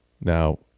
Now